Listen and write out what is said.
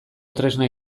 tresna